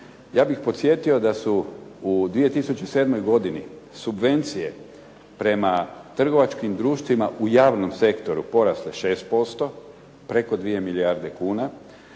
Ja bih podsjetio da su u 2007. godini subvencije prema trgovačkim društvima u javnom sektoru porasle 6%, preko 2 milijarde kuna,